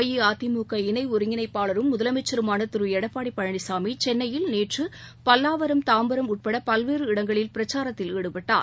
அஇஅதிமுக இணை ஒருங்கிணைப்பாளரும் முதலமைச்சருமான திரு எடப்பாடி பழனிசாமி சென்னையில் நேற்று பல்லாவரம் தாம்பரம் உட்பட பல்வேறு இடங்களில் பிரச்சாரத்தில் ஈடுபட்டார்